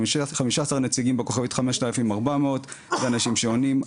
15 הנציגים בכוכבית 5400 זה אנשים שעונים.